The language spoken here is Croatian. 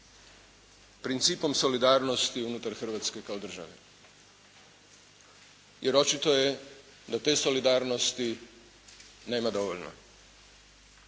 principom solidarnosti unutar Hrvatske kao države, jer očito je da te solidarnosti nema dovoljno.